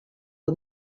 and